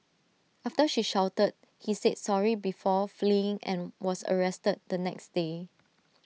after she shouted he said sorry before fleeing and was arrested the next day